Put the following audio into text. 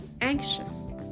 anxious